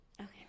Okay